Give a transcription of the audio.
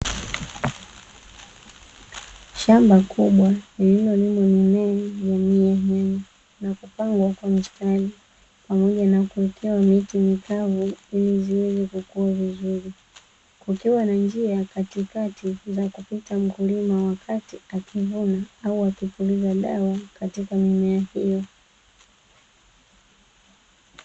Shamba kubwa lililolimwa mimea jamii ya jamii ya nyaya na kupangwa kwa mistari pamoja na kuwekewa miti mikavu iliziweze kukua vizuri, kukiwa na njia katikati za kupita mkulima wakati akivuna au akipuliza dawa katika mimea hiyo.